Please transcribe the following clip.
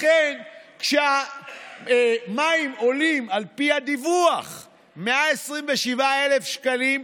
לכן, כשהמים עולים, על פי הדיווח, 127,000 שקלים.